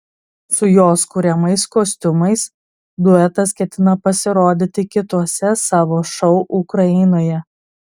su jos kuriamais kostiumais duetas ketina pasirodyti kituose savo šou ukrainoje